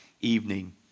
evening